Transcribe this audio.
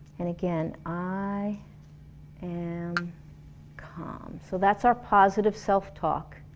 and again i am calm. so that's our positive self talk,